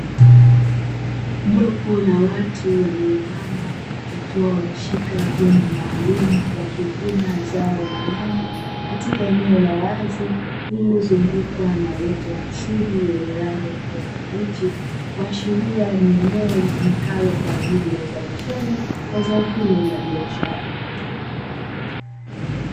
Jopo la watu walioinama wakiwa wameshika vyombo maalumu wakivuna zao la nyanya, katika eneo la wazi lililozungukwa na uoto wa asili wenye rangi ya kijani kibichi kuashiria ni eneo litumikalo kwa ajili ya uzalishaji wa zao hilo la biashara.